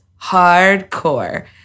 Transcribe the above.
hardcore